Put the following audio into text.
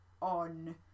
on